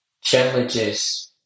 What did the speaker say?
challenges